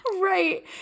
right